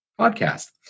podcast